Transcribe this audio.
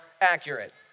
accurate